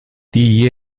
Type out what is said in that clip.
die